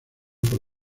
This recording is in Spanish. por